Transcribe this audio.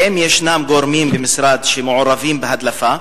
4. האם גורמים במשרד מעורבים בהדלפה?